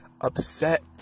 upset